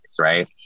right